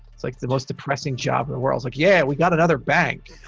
it's like the most depressing job in the world, like, yeah, we got another bank!